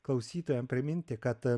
klausytojam priminti kad